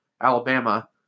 Alabama